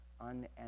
unending